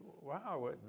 wow